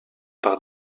par